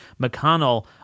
McConnell